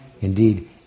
Indeed